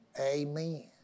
Amen